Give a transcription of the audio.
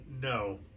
No